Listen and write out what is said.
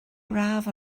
braf